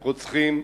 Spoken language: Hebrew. רוצחים,